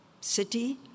city